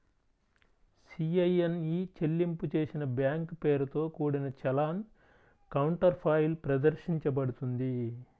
CIN ఇ చెల్లింపు చేసిన బ్యాంక్ పేరుతో కూడిన చలాన్ కౌంటర్ఫాయిల్ ప్రదర్శించబడుతుంది